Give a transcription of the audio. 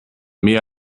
mehr